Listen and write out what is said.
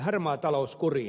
harmaa talous kuriin